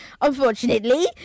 unfortunately